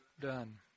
done